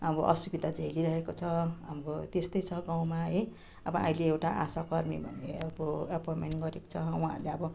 अब असुविधा झेलिरहेको छ अब त्यस्तै छ गाउँमा है अब अहिले एउटा आशाकर्मी भन्ने अब एपोन्मेन्ट गरेको छ उहाँहरूले अब